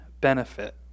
benefit